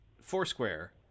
Foursquare